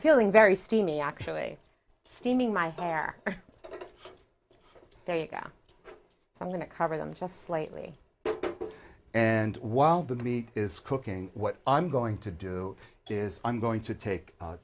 feeling very steamy actually steaming my hair there you go so i'm going to cover them just slightly and while the meat is cooking what i'm going to do is i'm going to take